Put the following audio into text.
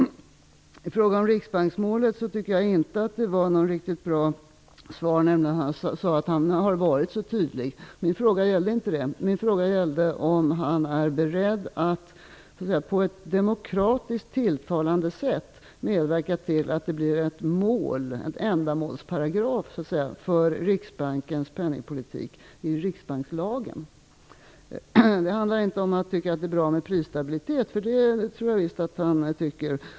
I fråga om Riksbanksmålet tyckte jag inte att Göran Persson hade något riktigt bra svar. Han sade att han hade varit tydlig. Min fråga gällde inte det, utan den gällde om Göran Persson var beredd att på ett demokratiskt tilltalande sätt medverka till att i riksbankslagen införa en ändamålsparagraf för Riksbankens penningpolitik. Det handlar inte om huruvida Göran Persson tycker att det är bra med prisstabilitet, för det tror jag visst att han tycker.